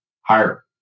hire